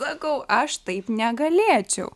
sakau aš taip negalėčiau